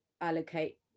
allocate